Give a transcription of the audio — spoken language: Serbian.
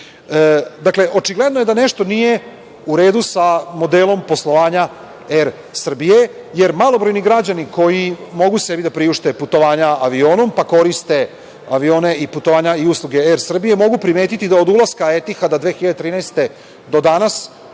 očigledno je da nešto nije u redu sa modelom poslovanja „Er Srbije“, jer malobrojni građani koji mogu sebi da priušte putovanja avionom, pa koriste avione i putovanja i usluge „Er Srbije“ mogu primetiti da od ulaska „Etihada“ 2013. godine